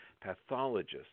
pathologist